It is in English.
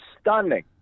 stunning